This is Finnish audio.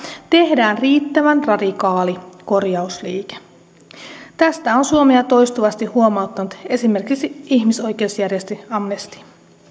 tehdään riittävän radikaali korjausliike tästä on suomelle toistuvasti huomauttanut esimerkiksi ihmisoikeusjärjestö amnesty